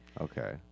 okay